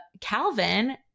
Calvin